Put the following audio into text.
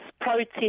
protest